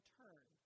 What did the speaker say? turn